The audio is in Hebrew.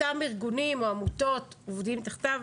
אותם ארגונים או עמותות עובדים תחתיו.